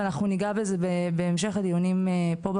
וניגע בזה בהמשך הדיונים פה,